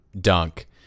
dunk